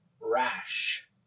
rash